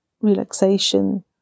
relaxation